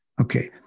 Okay